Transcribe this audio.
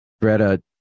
Greta